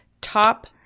top